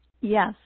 yes